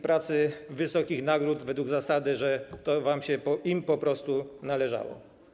Pracy wysokich nagród według zasady, że to się im po prostu należało.